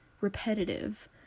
repetitive